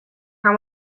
how